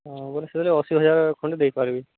ହଁ ବୋଲେ ସେ ବୋଇଲେ ଅଶି ହଜାର ଖଣ୍ଡେ ଦେଇ ପାରିବି